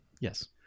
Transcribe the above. Yes